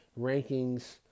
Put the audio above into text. rankings